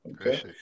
okay